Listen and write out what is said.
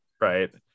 right